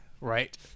Right